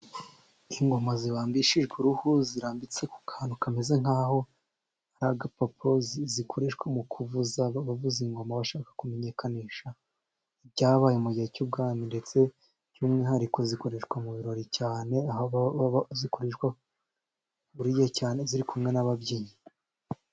Ingoma zibambishijwe uruhu, zirambitse ku kantu kameze nk'aho ari agapapuro, zikoreshwa mu kuvuza, bavuza ingoma bashaka kumenyekanisha ibyabaye mu gihe cy'ubwami, ndetse by'umwihariko zikoreshwa mu birori cyane, aho baba zikoreshwa buri gihe cyane ziri kumwe n'ababyinnyi.